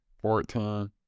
fourteen